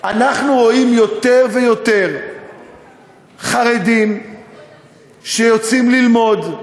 אנחנו רואים יותר ויותר חרדים שיוצאים ללמוד.